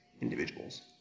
individuals